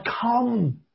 come